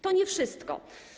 To nie wszystko.